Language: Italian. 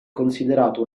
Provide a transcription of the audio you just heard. considerato